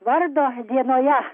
vardo dienoje